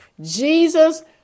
Jesus